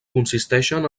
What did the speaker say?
consisteixen